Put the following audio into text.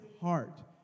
heart